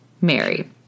Mary